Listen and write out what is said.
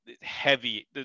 heavy